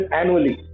annually